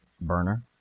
Burner